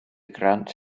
grant